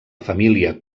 família